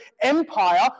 empire